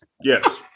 Yes